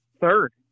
third